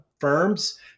firms